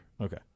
Okay